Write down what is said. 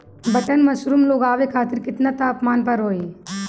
Button mushroom उगावे खातिर केतना तापमान पर होई?